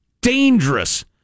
dangerous